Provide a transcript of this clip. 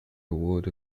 award